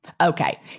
Okay